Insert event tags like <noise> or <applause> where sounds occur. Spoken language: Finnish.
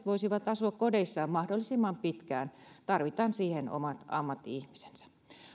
<unintelligible> voisivat asua kodeissaan mahdollisimman pitkään tarvitaan siihen omat ammatti ihmisensä